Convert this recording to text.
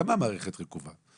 למה המערכת רקובה?